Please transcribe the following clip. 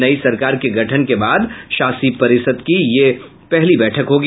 नई सरकार के गठन के बाद शासी परिषद की यह पहली बैठक होगी